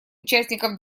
участников